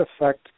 affect